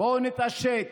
בואו נתעשת.